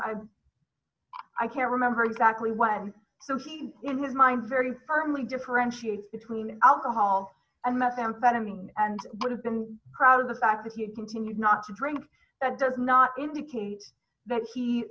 then i can't remember exactly when the scene in his mind very firmly differentiate between alcohol and methamphetamine and would have been proud of the fact that he continued not to drink that does not indicate that he